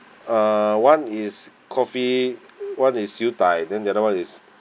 uh one is coffee one is siew dai then the other [one] is